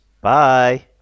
bye